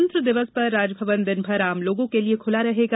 गणतंत्र दिवस पर राजमवन दिन भर आम लोगों के लिए खुला रहेगा